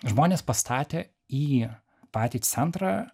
žmonės pastatė į patį centrą